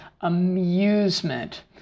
amusement